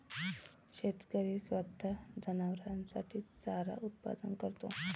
शेतकरी स्वतः जनावरांसाठी चारा उत्पादन करतो